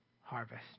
harvest